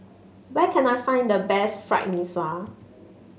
where can I find the best Fried Mee Sua